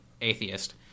atheist